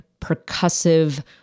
percussive